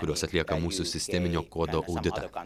kurios atlieka mūsų sisteminio kodo auditą